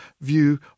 view